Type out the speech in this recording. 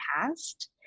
past